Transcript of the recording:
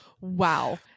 wow